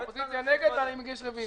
נגד ואני מגיש רוויזיה.